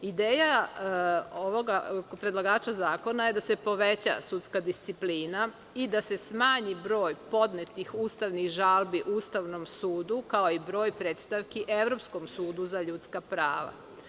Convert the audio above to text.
Ideja predlagača zakona je da se poveća sudska disciplina i da se smanji broj podnetih ustavnih žalbi Ustavnom sudu, kao i broj predstavki Evropskom sudu za ljudska prava.